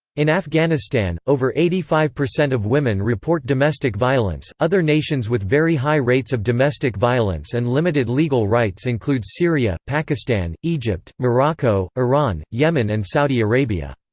in afghanistan, over eighty five percent of women report domestic violence other nations with very high rates of domestic violence and limited legal rights include syria, pakistan, egypt, morocco, iran, yemen and saudi arabia.